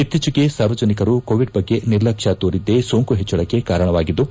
ಇತ್ತೀಚೆಗೆ ಸಾರ್ವಜನಿಕರು ಕೋವಿಡ್ ಬಗ್ಗೆ ನಿರ್ಲಕ್ಷ ತೋರಿದ್ದೇ ಸೋಂಕು ಹೆಚ್ಚಳಕ್ಕೆ ಕಾರಣವಾಗಿದ್ದು